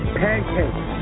pancakes